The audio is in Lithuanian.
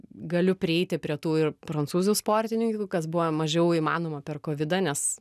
galiu prieiti prie tų ir prancūzų sportininkių kas buvo mažiau įmanoma per kovidą nes